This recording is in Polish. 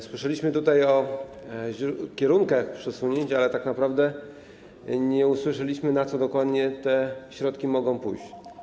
Usłyszeliśmy tutaj o kierunkach przesunięć, ale tak naprawdę nie usłyszeliśmy, na co dokładnie te środki mogą pójść.